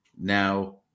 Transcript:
Now